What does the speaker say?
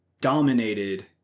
dominated